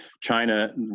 china